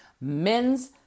mens